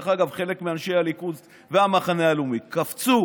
חלק מאנשי הליכוד והמחנה הלאומי קפצו